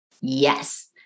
Yes